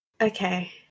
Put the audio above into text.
Okay